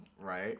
right